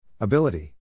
Ability